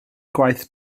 gwaith